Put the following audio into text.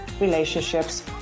relationships